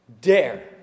dare